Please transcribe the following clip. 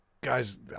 guys